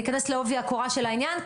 ניכנס לעובי הקורה של העניין,